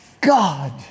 God